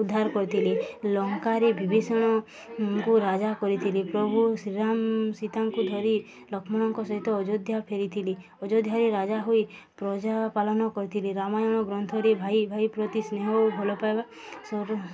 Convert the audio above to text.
ଉଦ୍ଧାର କରିଥିଲେ ଲଙ୍କାରେ ବିଭୀଷଣଙ୍କୁ ରାଜା କରିଥିଲେ ପ୍ରଭୁ ଶ୍ରୀରାମ ସୀତାଙ୍କୁ ଧରି ଲକ୍ଷ୍ମଣଙ୍କ ସହିତ ଅଯୋଧ୍ୟା ଫେରିଥିଲେ ଅଯୋଧ୍ୟାରେ ରାଜା ହୋଇ ପ୍ରଜା ପାଳନ କରିଥିଲେ ରାମାୟଣ ଗ୍ରନ୍ଥରେ ଭାଇ ଭାଇ ପ୍ରତି ସ୍ନେହ ଓ ଭଲ ପାଇବା